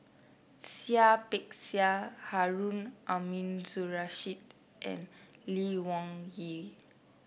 Seah Peck Seah Harun Aminurrashid and Lee Wung Yew